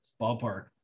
ballpark